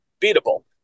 beatable